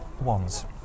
Wands